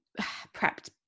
prepped